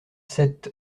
sept